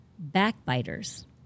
backbiters